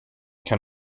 can